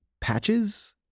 patches